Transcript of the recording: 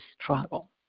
struggle